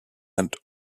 and